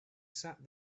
sat